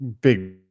big